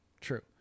True